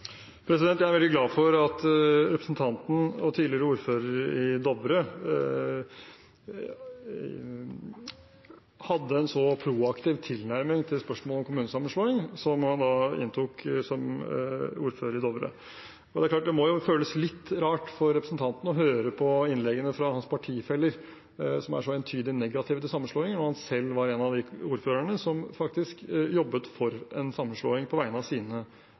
Jeg er veldig glad for at representanten og tidligere ordfører i Dovre hadde en så proaktiv tilnærming til spørsmålet om kommunesammenslåing som han inntok som ordfører i Dovre. Det er klart at det må jo føles litt rart for representanten å høre på innleggene fra sine partifeller, som er så entydig negative til sammenslåinger, når han selv var en av de ordførerne som faktisk jobbet for en sammenslåing på vegne av sine